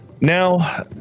Now